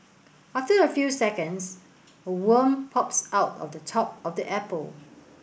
after a few seconds a worm pops out of the top of the apple